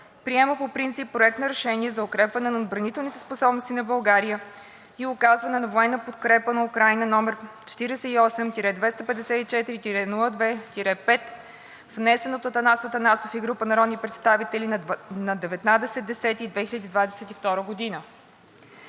приема по принцип Проект на решение за укрепване на отбранителните способности на България и оказване на военна подкрепа на Украйна № 48-254-02-5, внесен от Атанас Атанасов и група народни представители на 19 октомври 2022 г.